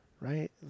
right